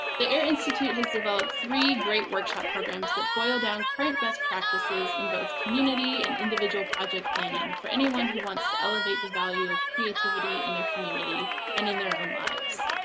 the air institute has developed three great workshop programs that boil down current best practices in both community and individual project planning for anyone who wants to elevate the value of creativity in their community and in their own lives.